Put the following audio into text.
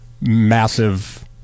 massive